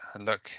look